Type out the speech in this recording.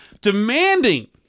demanding